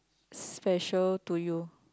special to you